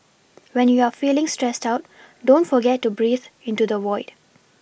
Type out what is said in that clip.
when you are feeling stressed out don't forget to breathe into the void